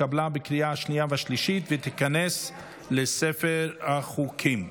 התקבלה בקריאה השנייה והשלישית ותיכנס לספר החוקים.